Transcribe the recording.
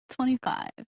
25